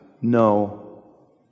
No